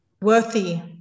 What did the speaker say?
worthy